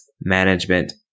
management